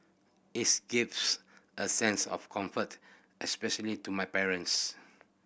its gives a sense of comfort especially to my parents